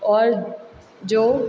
और जो